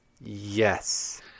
Yes